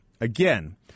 again